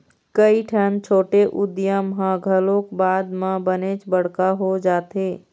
कइठन छोटे उद्यम ह घलोक बाद म बनेच बड़का हो जाथे